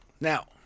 Now